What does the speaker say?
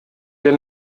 der